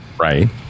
Right